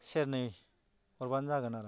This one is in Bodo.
सेरनै हरबानो जागोन आरो